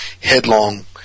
headlong